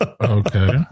Okay